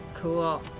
Cool